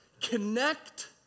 connect